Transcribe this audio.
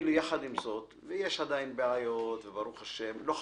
יחד עם זאת, ויש עדיין בעיות, וברוך השם לא חסר.